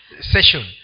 session